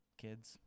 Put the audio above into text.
kids